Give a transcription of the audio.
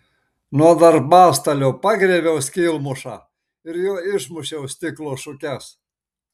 nuo darbastalio pagriebiau skylmušą ir juo išmušiau stiklo šukes